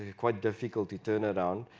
quite difficult to turn around.